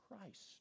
Christ